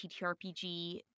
ttrpg